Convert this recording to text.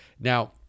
Now